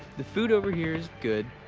the food over here is good,